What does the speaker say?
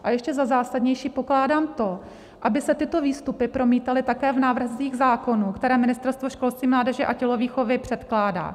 A za ještě zásadnější pokládám to, aby se tyto výstupy promítaly také v návrzích zákonů, které Ministerstvo školství, mládeže a tělovýchovy předkládá.